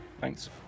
Thanks